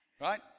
right